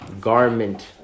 garment